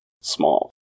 small